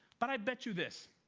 but i bet you this,